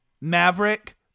Maverick